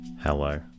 Hello